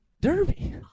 Derby